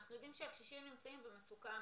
אנחנו יודעים שהקשישים נמצאים במצוקה אמיתית,